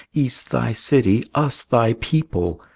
ys thy city, us thy people!